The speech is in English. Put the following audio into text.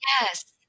yes